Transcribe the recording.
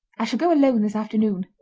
i shall go alone this afternoon